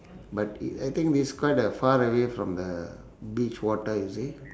but it I think it's quite uh far away from the beach water you see